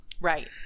Right